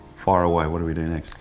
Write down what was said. fire away what do we do next?